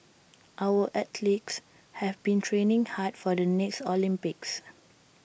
our athletes have been training hard for the next Olympics